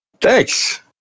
Thanks